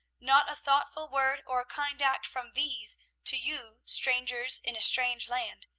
not a thoughtful word or a kind act from these to you strangers in a strange land,